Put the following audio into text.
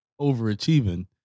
overachieving